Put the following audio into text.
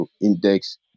index